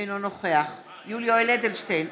אינו נוכח יולי יואל אדלשטיין,